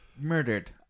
murdered